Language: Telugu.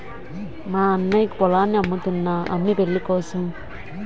మా అన్నయ్యకు పొలాన్ని అమ్ముతున్నా అమ్మి పెళ్ళికోసం